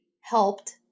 helped